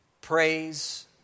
praise